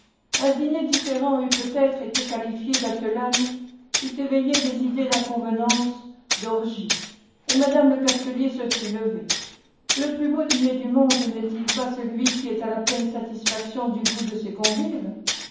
un dîner différent eût peut-être été qualifié d'atellane eût éveillé des idées d'inconvenance d'orgie et madame lecastelier se fût levée le plus beau dîner du monde n'est-il pas celui qui est à la pleine satisfaction du goût de ses convives